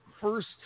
first